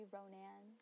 Ronan